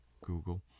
google